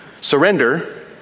surrender